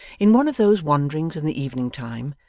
in one of those wanderings in the evening time,